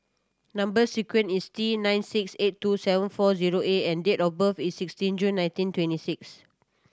number sequence is T nine six eight two seven four zero A and date of birth is sixteen June nineteen twenty six